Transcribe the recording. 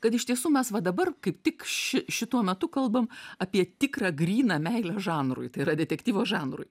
kad iš tiesų mes va dabar kaip tik ši šituo metu kalbam apie tikrą gryną meilę žanrui tai yra detektyvo žanrui